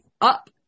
up